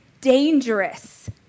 dangerous